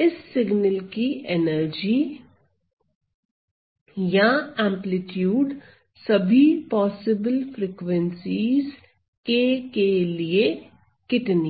इस सिग्नल की एनर्जी या एंप्लीट्यूड सभी पॉसिबल फ्रीक्वेंसी k के लिए कितना है